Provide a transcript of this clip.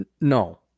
No